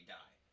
die